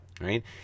Right